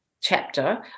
chapter